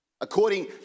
According